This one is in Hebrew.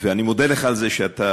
ואני מודה לך על זה שאתה,